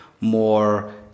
more